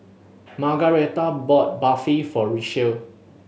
Margaretha bought Barfi for Richelle